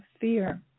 fear